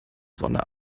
sonne